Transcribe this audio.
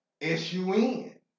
S-U-N